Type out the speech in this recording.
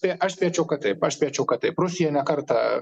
tai aš spėčiau kad taip aš spėčiau kad taip rusija ne kartą